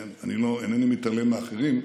כן, אינני מתעלם מאחרים.